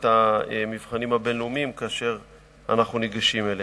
את המבחנים הבין-לאומיים כאשר אנחנו ניגשים אליהם.